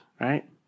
right